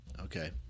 Okay